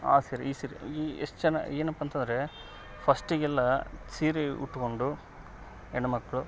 ಆ ಸೀರೆ ಈ ಸೀರೆ ಈ ಎಷ್ಟು ಚೆನ್ನ ಏನಪ್ಪ ಅಂತಂದರೆ ಫಸ್ಟಿಗೆಲ್ಲಾ ಸೀರೆ ಉಟ್ಕೊಂಡು ಹೆಣ್ ಮಕ್ಕಳು